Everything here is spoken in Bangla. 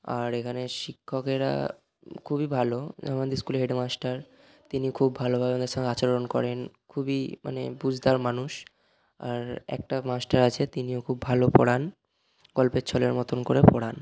আর এখানে শিক্ষকেরা খুবই ভালো যেমন আমাদের স্কুলে হেড মাস্টার তিনিও খুব ভালোভাবে আমাদের সঙ্গে আচরণ করেন খুবই মানে বুঝদার মানুষ আর একটা মাস্টার আছে তিনিও খুব ভালো পড়ান গল্পের ছলের মতন করে পড়ান